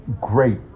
great